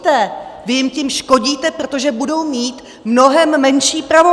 Vy jim tím škodíte, protože budou mít mnohem menší pravomoc!